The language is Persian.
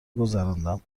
گذراندم